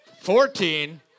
fourteen